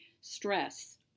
stress